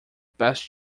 best